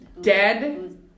dead